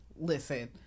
Listen